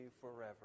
forever